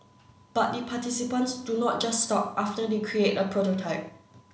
but the participants do not just stop after they create a prototype